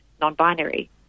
non-binary